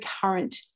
current